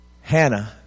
Hannah